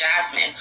Jasmine